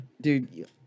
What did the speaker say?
Dude